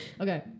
Okay